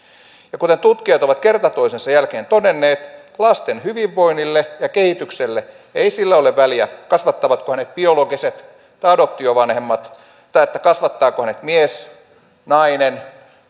ja kuten tutkijat ovat kerta toisensa jälkeen todenneet lasten hyvinvoinnille ja kehitykselle ei ole väliä kasvattavatko hänet biologiset vai adoptiovanhemmat tai kasvattaako hänet mies nainen